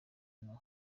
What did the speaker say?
nto